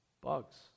bugs